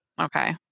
Okay